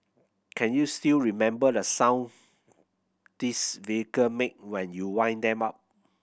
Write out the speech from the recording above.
can you still remember the sound these vehicle make when you wind them up